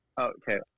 Okay